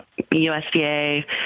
USDA